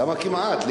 למה כמעט?